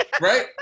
right